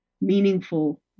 meaningful